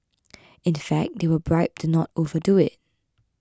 in fact they were bribed to not over do it